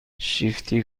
شیفتی